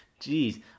jeez